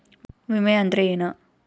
ವಿಮೆ ಅಂದ್ರೆ ಏನ?